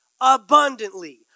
abundantly